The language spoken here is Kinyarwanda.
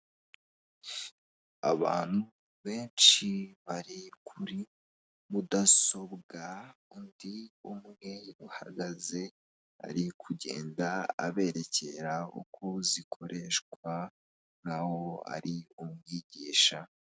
Abantu benshi bari kuri mudasobwa undi umwe uhagaze ari kugenda aberekera uko zikoreshwa nk'aho ari umwigisha.